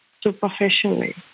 superficially